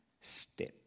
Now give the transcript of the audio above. step